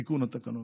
תיקון התקנון.